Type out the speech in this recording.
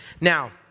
Now